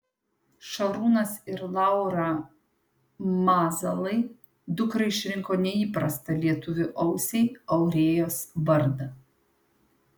šarūnas ir laura mazalai dukrai išrinko neįprastą lietuvio ausiai aurėjos vardą